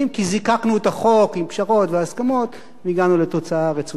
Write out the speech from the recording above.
כי זיקקנו את החוק עם פשרות והסכמות והגענו לתוצאה הרצויה.